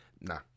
Nah